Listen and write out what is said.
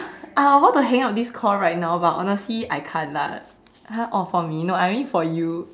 uh I want to hang up this call right now but honestly I can't lah !huh! uh for me no I mean for you